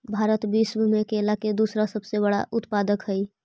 भारत विश्व में केला के दूसरा सबसे बड़ा उत्पादक हई